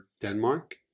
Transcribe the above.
Denmark